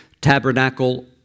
tabernacle